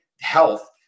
health